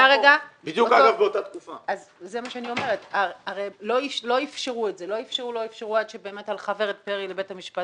לא אפשרו את זה עד שהלכה ורד פרי לבית המשפט